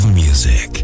music